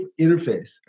interface